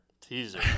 Teaser